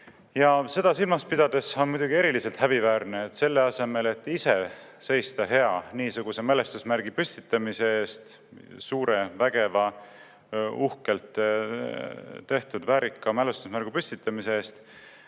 Seda silmas pidades on muidugi eriliselt häbiväärne see, et selle asemel, et ise seista niisuguse mälestusmärgi püstitamise eest – suure, vägeva, uhkelt tehtud, väärika mälestusmärgi püstitamise eest